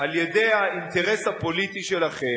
על-ידי האינטרס הפוליטי שלכם,